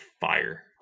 fire